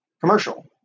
commercial